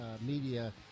media